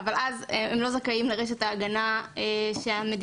הם לא זכאי לרשת ההגנה שהמדינה